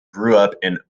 rutland